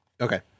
Okay